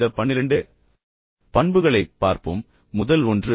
இந்த பன்னிரண்டு பண்புகளைப் பார்ப்போம் பின்னர் அவற்றைப் பற்றி சிந்திப்போம்